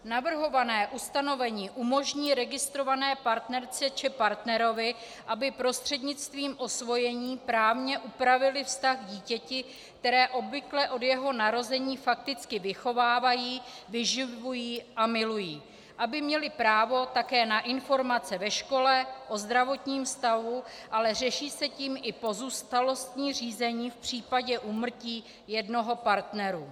Navrhované ustanovení umožní registrované partnerce či partnerovi, aby prostřednictvím osvojení právně upravili vztah k dítěti, které obvykle od jeho narození fakticky vychovávají, vyživují a milují, aby měli právo také na informace ve škole, o zdravotním stavu, ale řeší se tím i pozůstalostní řízení v případě úmrtí jednoho z partnerů.